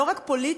לא רק פוליטית,